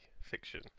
fiction